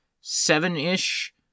seven-ish